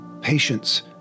patience